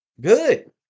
good